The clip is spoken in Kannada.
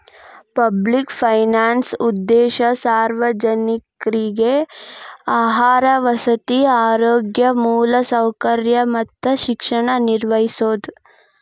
ಪಬ್ಲಿಕ್ ಫೈನಾನ್ಸ್ ಉದ್ದೇಶ ಸಾರ್ವಜನಿಕ್ರಿಗೆ ಆಹಾರ ವಸತಿ ಆರೋಗ್ಯ ಮೂಲಸೌಕರ್ಯ ಮತ್ತ ಶಿಕ್ಷಣ ನಿರ್ವಹಿಸೋದ